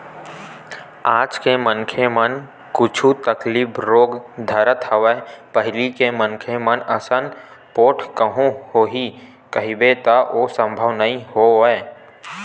आज के मनखे मन ल कुछु तकलीफ रोग धरत हवय पहिली के मनखे मन असन पोठ कहूँ होही कहिबे त ओ संभव नई होवय